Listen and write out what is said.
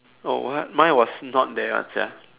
oh what mine was not there [one] sia